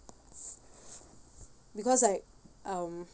because like um